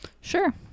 Sure